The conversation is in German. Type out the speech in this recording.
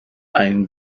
ein